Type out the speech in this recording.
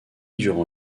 durant